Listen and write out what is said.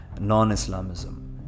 non-Islamism